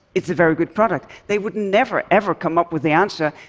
it's a very good product. they would never, ever, come up with the answer,